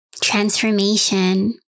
transformation